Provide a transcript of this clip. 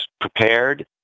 prepared